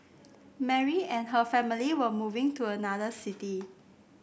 Mary and her family were moving to another city